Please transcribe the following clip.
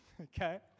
okay